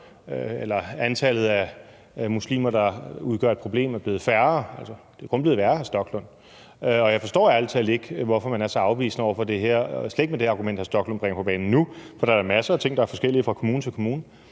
eller at antallet af muslimer, der udgør et problem, er blevet mindre. Det er kun blevet værre, hr. Rasmus Stoklund. Og jeg forstår ærlig talt ikke, hvorfor man er så afvisende over for det her og slet ikke med det argument, som hr. Rasmus Stoklund nu bringer på banen, for der er masser af ting, der er forskellige fra kommune til kommune.